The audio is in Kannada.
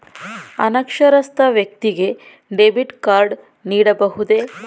ಅನಕ್ಷರಸ್ಥ ವ್ಯಕ್ತಿಗೆ ಡೆಬಿಟ್ ಕಾರ್ಡ್ ನೀಡಬಹುದೇ?